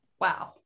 wow